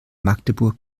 magdeburg